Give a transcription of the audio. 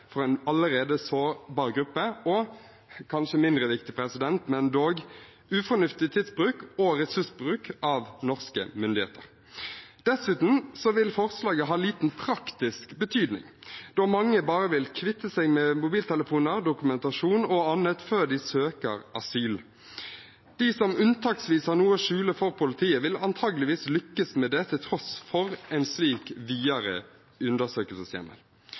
for en allerede sårbar gruppe og – kanskje mindre viktig, men dog – ufornuftig tidsbruk og ressursbruk av norske myndigheter. Dessuten vil forslaget ha liten praktisk betydning, da mange bare vil kvitte seg med mobiltelefoner, dokumentasjon og annet før de søker asyl. De som unntaksvis har noe å skjule for politiet, vil antakeligvis lykkes med det, til tross for en slik videre undersøkelseshjemmel.